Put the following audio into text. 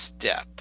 step